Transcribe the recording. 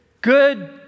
good